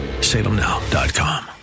Salemnow.com